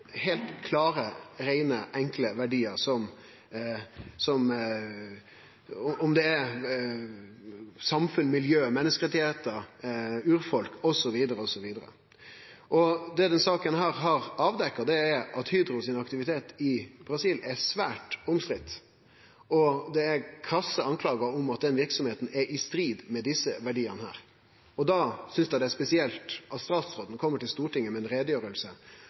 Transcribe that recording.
heilt blindt, heilt klare, reine, enkle verdiar, anten det gjeld samfunn, miljø, menneskerettar, urfolk eller anna. Det denne saka har avdekt, er at Hydros aktivitet i Brasil er svært omstridt, og det er krasse skuldingar om at verksemda er i strid med desse verdiane. Da synest eg det er spesielt at statsråden kjem til Stortinget med